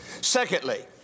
Secondly